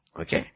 Okay